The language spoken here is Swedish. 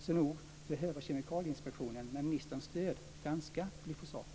Så nog behöver Kemikalieinspektionen med ministerns stöd granska glyfosat.